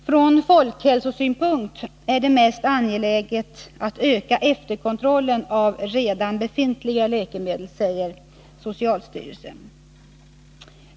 Från folkhälsosynpunkt är det mest angelägna att öka efterkontrollen av redan befintliga läkemedel, säger socialstyrelsen.